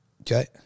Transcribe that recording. okay